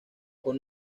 con